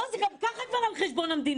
גם ככה זה כבר על חשבון המדינה,